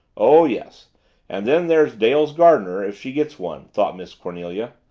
oh, yes and then there's dale's gardener, if she gets one, thought miss, cornelia.